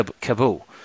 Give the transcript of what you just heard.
Kabul